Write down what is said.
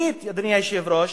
אדוני היושב-ראש,